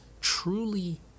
truly